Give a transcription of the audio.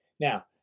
Now